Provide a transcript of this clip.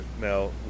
Now